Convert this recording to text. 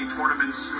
tournaments